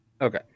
okay